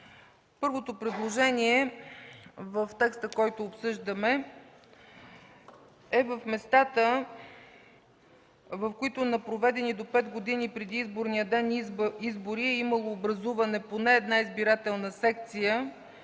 Първото предложение в текста, който обсъждаме, е в местата, в които на проведени до пет години преди изборния ден избори е имало образувана поне една избирателна секция,